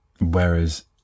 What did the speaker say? Whereas